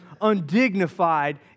undignified